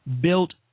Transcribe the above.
built